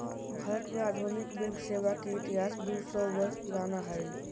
भारत में आधुनिक बैंक सेवा के इतिहास दू सौ वर्ष पुराना हइ